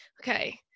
okay